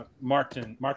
Martin